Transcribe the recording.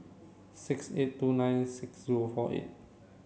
six eight two nine six zero four eight